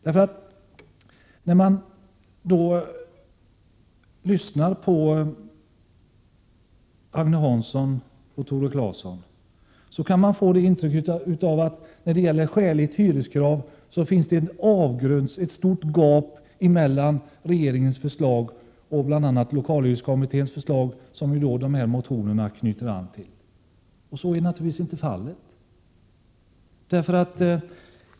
När man lyssnar till Agne Hansson och Tore Claeson, kan man få ett intryck av att det när det gäller frågan om vad som är att anse som skäligt hyreskrav finns ett stort gap mellan regeringens förslag och lokalhyresgästkommitténs förslag, som motionerna knyter an till. Så är naturligtvis inte fallet.